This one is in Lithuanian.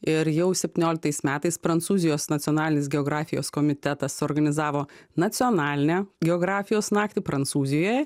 ir jau septynioliktais metais prancūzijos nacionalinis geografijos komitetas suorganizavo nacionalinę geografijos naktį prancūzijoje